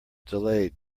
delayed